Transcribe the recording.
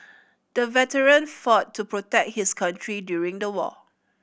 the veteran fought to protect his country during the war